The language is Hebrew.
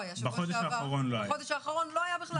בחודש האחרון לא היה.